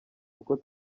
uko